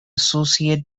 associate